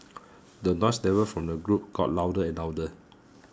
the noise level from the group got louder and louder